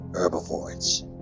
Herbivores